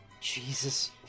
jesus